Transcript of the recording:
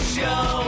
Show